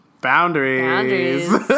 boundaries